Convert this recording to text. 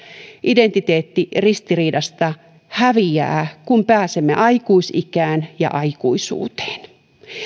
identiteettiristiriidasta häviää kun päästään aikuisikään ja aikuisuuteen